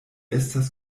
estas